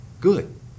good